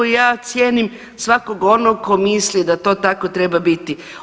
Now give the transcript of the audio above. Ja cijenim svakog onog tko misli da to tako treba biti.